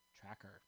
tracker